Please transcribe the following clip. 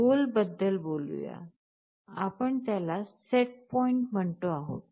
Goal बद्दल बोलूया आपण त्याला सेटपॉइंट म्हणतो आहोत